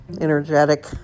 energetic